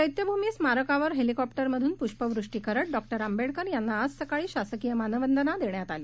चैत्यभूमीस्मारकावरहेलिकॉप्टरमधूनप्ष्पवृष्टीकरतडॉआंबेडकर यांनाआजसकाळीशासकीयमानवंदनादेण्यातआली